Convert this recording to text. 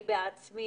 אני בעצמי